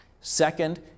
Second